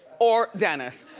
or dennis.